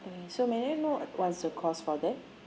so may I know what's the cost for that